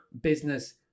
business